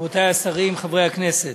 רבותי השרים, חברי הכנסת,